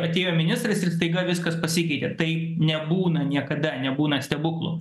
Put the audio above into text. atėjo ministras ir staiga viskas pasikeitė tai nebūna niekada nebūna stebuklų